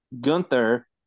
Gunther